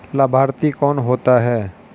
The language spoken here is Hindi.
लाभार्थी कौन होता है?